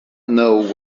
know